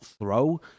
throw